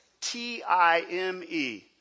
T-I-M-E